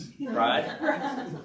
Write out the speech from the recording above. Right